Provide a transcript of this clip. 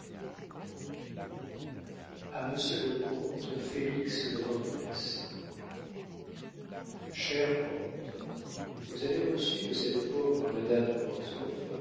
a monsieur le comte félix de vandenesse cher comte vous avez reçu de cette pauvre madame de